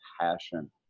passion